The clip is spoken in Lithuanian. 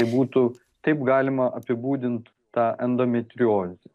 tai būtų taip galima apibūdint tą endometriozę